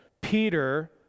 Peter